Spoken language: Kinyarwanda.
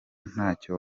ntacyo